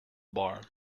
bar